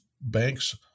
banks